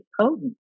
potent